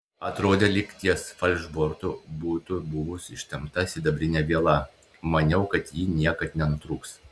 atrodė lyg ties falšbortu būtų buvus ištempta sidabrinė viela maniau kad ji niekad nenutrūks